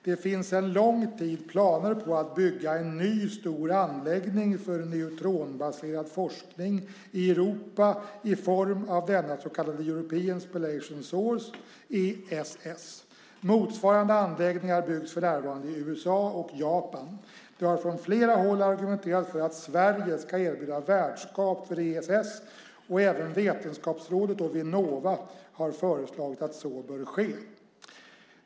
Det finns sedan lång tid planer på att bygga en ny stor anläggning för neutronbaserad forskning i Europa i form av den så kallade European Spallation Source . Motsvarande anläggningar byggs för närvarande i USA och Japan. Det har från flera håll argumenterats för att Sverige ska erbjuda värdskap för ESS, och även Vetenskapsrådet och Vinnova har föreslagit att så bör ske.